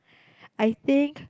I think